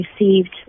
received